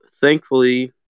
thankfully